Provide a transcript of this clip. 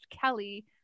kelly